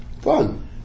fun